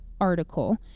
article